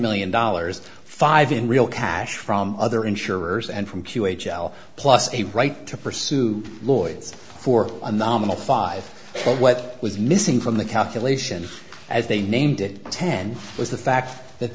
million dollars five in real cash from other insurers and from q h l plus a right to pursue lloyds for a nominal five what was missing from the calculation as they named it ten was the fact that